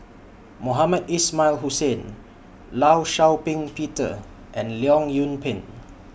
Mohamed Ismail Hussain law Shau Ping Peter and Leong Yoon Pin